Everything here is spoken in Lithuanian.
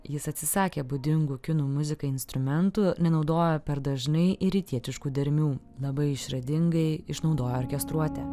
jis atsisakė būdingų kinų muzikai instrumentų nenaudoja per dažnai rytietiškų dermių labai išradingai išnaudoja orkestruotę